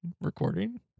recording